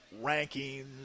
rankings